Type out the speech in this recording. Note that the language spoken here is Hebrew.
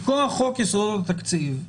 מכוח חוק יסודות התקציב,